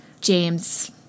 james